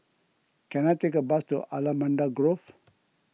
can I take a bus to Allamanda Grove